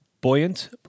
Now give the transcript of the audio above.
buoyant